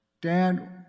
Dad